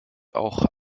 auch